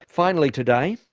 finally today,